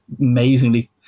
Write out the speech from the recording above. amazingly